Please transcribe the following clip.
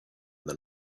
than